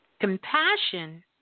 Compassion